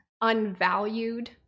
unvalued